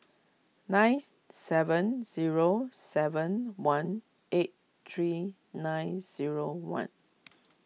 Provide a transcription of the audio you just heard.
nine seven zero seven one eight three nine zero one